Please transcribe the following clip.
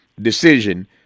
decision